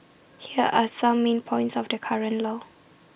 here are some main points of the current law